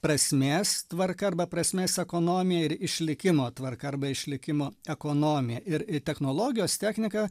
prasmės tvarka arba prasmės ekonomija ir išlikimo tvarka arba išlikimo ekonomija ir technologijos technika